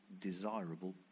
desirable